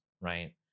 right